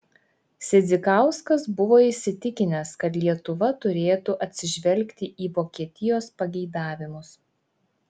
sidzikauskas buvo įsitikinęs kad lietuva turėtų atsižvelgti į vokietijos pageidavimus